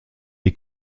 est